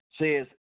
says